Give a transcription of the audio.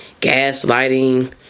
gaslighting